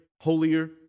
holier